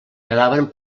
quedaven